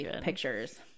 pictures